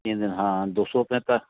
तीन दिन हाँ दो सौ इकहत्तर